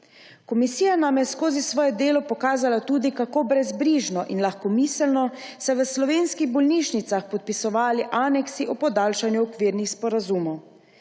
Komisija nam je skozi svoje delo pokazala tudi, kako brezbrižno in lahkomiselno so se v slovenskih bolnišnicah podpisovali aneksi o podaljšanju okvirnih sporazumov.